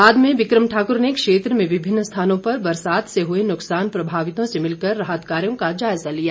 बाद में बिक्र म ठाकुर ने क्षेत्र में विभिन्न स्थानो पर बरसात से हुए नुकसान प्रभावितों से मिलकर राहत कायोँ का जायजा लिया